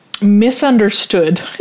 misunderstood